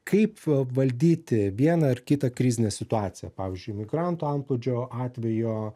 kaip valdyti vieną ar kitą krizinę situaciją pavyzdžiui migrantų antplūdžio atveju